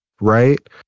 right